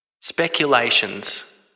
Speculations